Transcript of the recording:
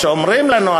כשאומרים לנו,